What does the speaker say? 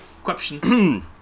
Questions